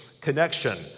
connection